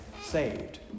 saved